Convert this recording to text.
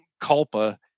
Culpa